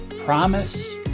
promise